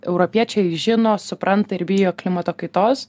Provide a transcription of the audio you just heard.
europiečiai žino supranta ir bijo klimato kaitos